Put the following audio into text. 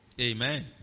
Amen